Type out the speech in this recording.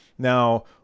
Now